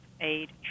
aid